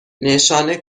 نشان